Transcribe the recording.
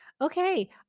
Okay